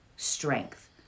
strength